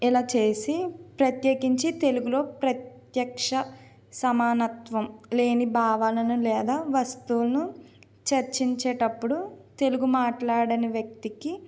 ఇలా చేసి ప్రత్యేకించి తెలుగులో ప్రత్యక్ష సమానత్వం లేని భావాలను లేదా వస్తువును చర్చించేటప్పుడు తెలుగు మాట్లాడని వ్యక్తికి